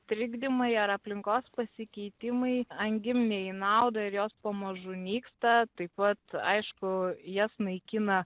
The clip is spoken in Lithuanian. trikdymai ar aplinkos pasikeitimai angim ne į naudą ir jos pamažu nyksta taip pat aišku jas naikina